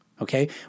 Okay